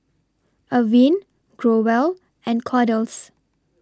Avene Growell and Kordel's